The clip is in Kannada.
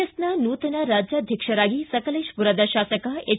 ಎಸ್ನ ನೂತನ ರಾಜ್ಯಾಧ್ಯಕ್ಷರಾಗಿ ಸಕಲೇಶಪುರ ಶಾಸಕ ಎಚ್